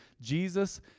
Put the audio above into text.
Jesus